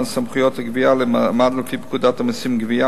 סמכויות הגבייה למד"א לפי פקודת המסים (גבייה),